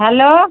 hello